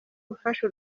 ufasha